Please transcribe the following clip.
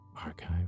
archive